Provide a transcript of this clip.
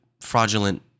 Fraudulent